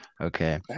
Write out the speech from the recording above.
okay